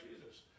Jesus